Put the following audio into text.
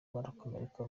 barakomereka